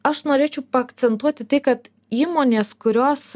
aš norėčiau paakcentuoti tai kad įmonės kurios